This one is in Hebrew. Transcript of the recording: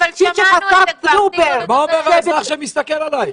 מה אומר האזרח שמסתכל עליך?